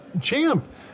Champ